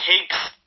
takes